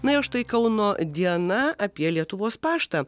na o štai kauno diena apie lietuvos paštą